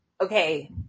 okay